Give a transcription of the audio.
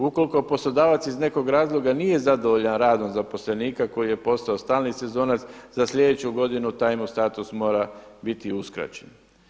Ukoliko poslodavac iz nekog razloga nije zadovoljan radom zaposlenika koji je postao stalni sezonac, za sljedeću godinu taj mu status mora biti uskraćen.